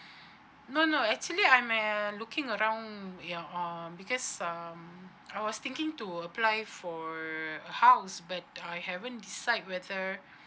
no no actually I my uh looking around your um because um I was thinking to apply for house but I haven't decide whether